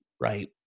right